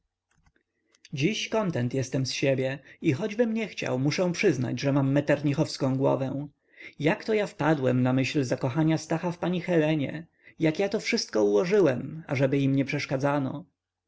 dziś kontent jestem z siebie i choćbym nie chciał muszę przyznać że mam meternichowską głowę jakto ja wpadłem na myśl zakochania stacha w pani helenie jak ja to wszystko ułożyłem ażeby im nie przeszkadzano bo